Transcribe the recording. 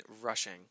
rushing